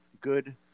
good